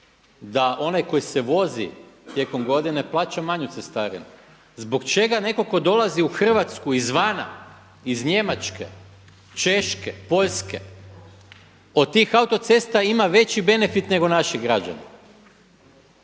da onaj koji se vozi tijekom godine plaća manju cestarinu. Zbog čega netko tko dolazi u Hrvatsku izvana, iz Njemačke, Češke, Poljske, od tih autocesta ima veći benefit nego naši građani.